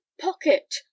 pocket